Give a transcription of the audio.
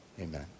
Amen